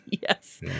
Yes